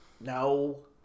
No